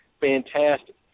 fantastic